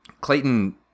Clayton